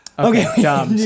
Okay